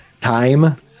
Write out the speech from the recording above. Time